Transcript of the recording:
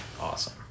awesome